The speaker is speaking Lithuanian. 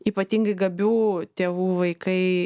ypatingai gabių tėvų vaikai